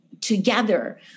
together